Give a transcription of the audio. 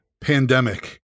pandemic